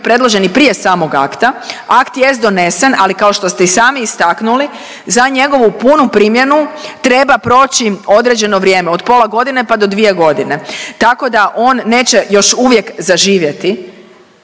predložen i prije samog akta. Akt jest donesen, ali kao što ste i sami istaknuli za njegovu punu primjenu treba proći određeno vrijeme od pola godine pa do dvije godine, tako da on neće još uvijek zaživjeti.